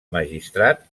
magistrat